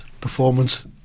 performance